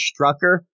Strucker